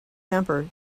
temper